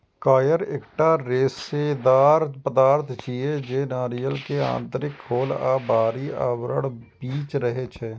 coir एकटा रेशेदार पदार्थ छियै, जे नारियल के आंतरिक खोल आ बाहरी आवरणक बीच रहै छै